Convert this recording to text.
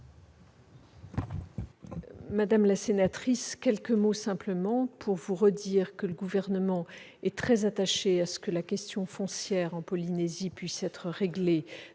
Madame la sénatrice, je tiens à vous redire que le Gouvernement est très attaché à ce que la question foncière en Polynésie puisse être réglée